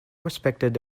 respected